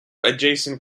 adjacent